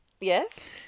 Yes